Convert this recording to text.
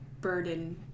burden